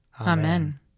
Amen